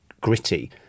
gritty